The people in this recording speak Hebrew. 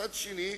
מצד שני,